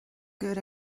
good